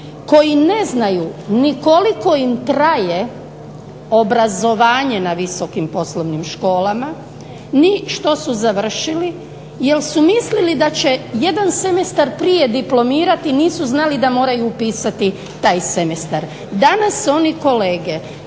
koji ne znaju ni koliko im traje obrazovanje na visokim poslovnim školama ni što su završili jer su mislili da će jedan semestar prije diplomirati i nisu znali da moraju upisati taj semestar. Danas oni kolege